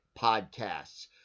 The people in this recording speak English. podcasts